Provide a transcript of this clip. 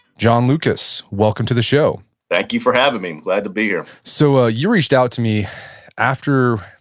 john lukacs, welcome to the show thank you for having me. i'm glad to be here so ah you reached out to me after,